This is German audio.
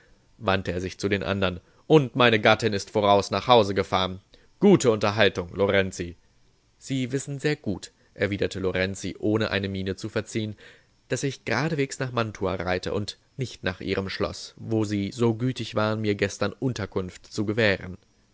wandte er sich zu den andern und meine gattin ist voraus nach hause gefahren gute unterhaltung lorenzi sie wissen sehr gut erwiderte lorenzi ohne eine miene zu verziehen daß ich geradeswegs nach mantua reite und nicht nach ihrem schloß wo sie so gütig waren mir gestern unterkunft zu gewähren